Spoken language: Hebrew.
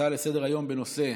הצעה לסדר-היום בנושא: